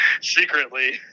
secretly